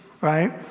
right